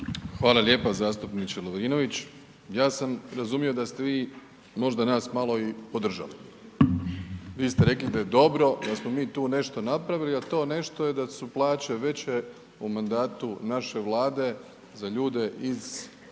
Hvala lijepa zastupniče Lovrinović, ja sam razumio da ste vi možda nas malo i podržali, vi ste rekli da je dobro da smo mi tu nešto napravili, a to nešto je da su plaće veće u mandatu naše Vlade za ljude iz obrazovanja,